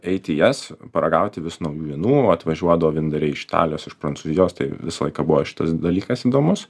eiti į jas paragauti vis naujų vynų atvažiuodavo vyndariai iš italijos iš prancūzijos tai visą laiką buvo šitas dalykas įdomus